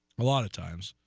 a lot of times